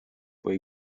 või